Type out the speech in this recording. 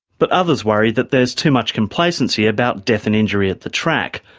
but others worry that there's too much complacency about death and injury at the track,